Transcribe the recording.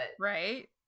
Right